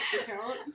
account